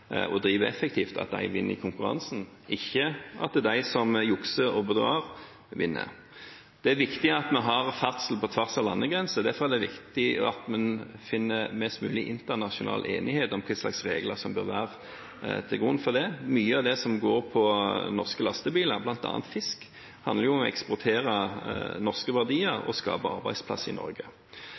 effektivt, vinner i konkurransen, og ikke at de som jukser og bedrar, vinner. Det er viktig at vi har ferdsel på tvers av landegrensene. Derfor er det viktig at man finner fram til mest mulig internasjonal enighet om hva slags regler som bør ligge til grunn for det. Mye av det som går på norske lastebiler, bl.a. fisk, handler om å eksportere norske verdier og skape arbeidsplasser i Norge.